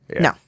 No